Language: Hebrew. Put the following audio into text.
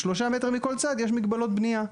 3 מטרים מכל צד יש מגבלות בנייה.